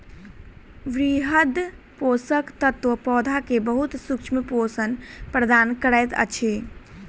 वृहद पोषक तत्व पौधा के बहुत सूक्ष्म पोषण प्रदान करैत अछि